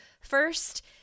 first